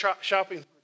shopping